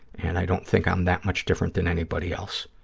and i don't think i'm that much different than anybody else.